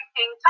King